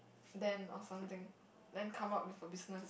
then or something then come up with a business